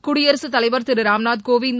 குடியரசுத் தலைவர் திரு ராம்நாத் கோவிந்த்